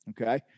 Okay